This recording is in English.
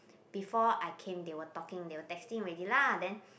before I came they were talking they were texting already lah then